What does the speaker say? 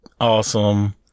awesome